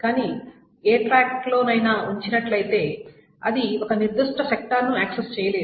కానీ ఏ ట్రాక్లోనైనా ఉంచినట్లయితే అది ఒక నిర్దిష్ట సెక్టార్ ను యాక్సెస్ చేయలేదు